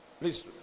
please